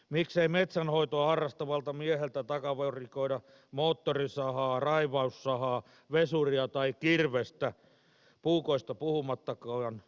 miksei metsänhoitoa harrastavalta mieheltä takavarikoida moottorisahaa raivaussahaa vesuria tai kirvestä puukoista puhumattakaan